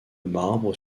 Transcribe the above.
marbre